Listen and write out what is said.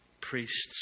priests